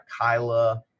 Kyla